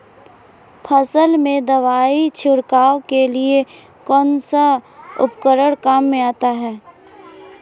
फसल में दवाई छिड़काव के लिए कौनसा उपकरण काम में आता है?